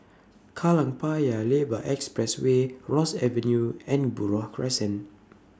Kallang Paya Lebar Expressway Ross Avenue and Buroh Crescent